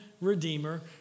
redeemer